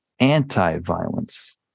anti-violence